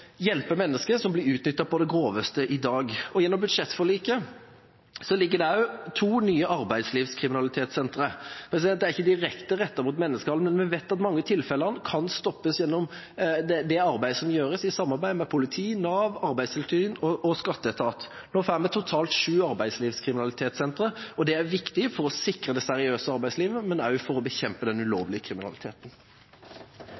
som blir utnyttet på det groveste i dag. Gjennom budsjettforliket kommer det to nye arbeidslivskriminalitetssentre. Det er ikke direkte rettet mot menneskehandel, men vi vet at mange av tilfellene kan stoppes gjennom det arbeidet som gjøres i samarbeid med politi, Nav, arbeidstilsyn og skatteetat. Nå får vi totalt sju arbeidslivskriminalitetssentre, og det er viktig for å sikre det seriøse arbeidslivet, men også for å bekjempe den